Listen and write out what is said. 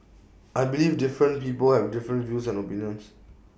I believe different people have different views and opinions